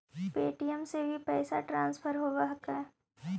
Paytm से भी पैसा ट्रांसफर होवहकै?